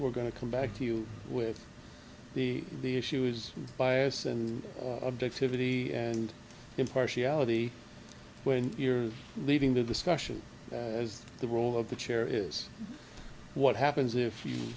we're going to come back to you with the the issue is bias and objectivity and impartiality when you're leaving the discussion as the role of the chair is what happens if you